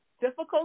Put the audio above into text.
difficult